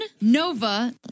Nova